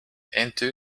into